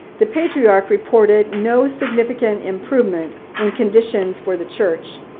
the patriarch reported no significant improvement in conditions for the church.